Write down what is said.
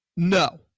No